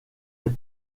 est